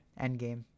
Endgame